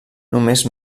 només